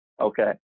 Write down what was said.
okay